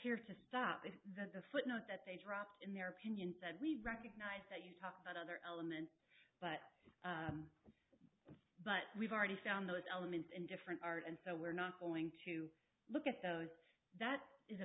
here to stop that the footnote that they dropped in their opinion said we recognize that you talk about other elements but but we've already found those elements in different art and so we're not going to look at those that is a